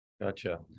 Gotcha